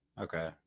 Okay